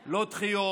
לא דחיות,